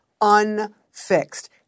unfixed